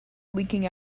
leaking